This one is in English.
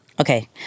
okay